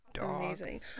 amazing